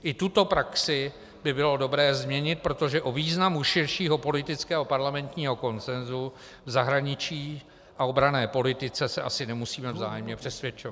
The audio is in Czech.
I tuto praxi by bylo dobré změnit, protože o významu širšího politického parlamentního konsensu v zahraničí a obranné politice se asi nemusíme vzájemně přesvědčovat.